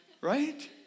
Right